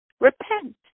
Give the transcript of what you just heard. repent